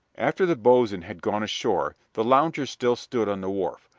after the boatswain had gone ashore the loungers still stood on the wharf,